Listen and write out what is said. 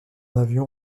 avion